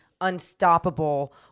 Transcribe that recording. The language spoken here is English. unstoppable